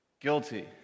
Guilty